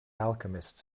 alchemist